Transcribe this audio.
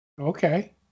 Okay